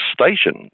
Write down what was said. station